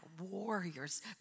warriors